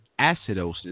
acidosis